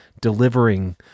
delivering